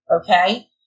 okay